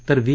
तर व्ही